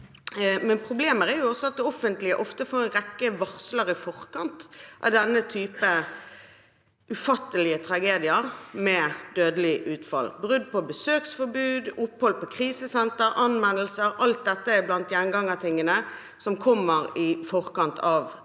men problemet her er også at det offentlige ofte får en rekke varsler i forkant av denne type ufattelige tragedier med dødelig utfall. Brudd på besøksforbud, opphold på krisesenter, anmeldelser – alt dette er gjengangere blant det som kommer i forkant av